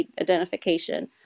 identification